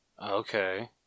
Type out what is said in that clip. Okay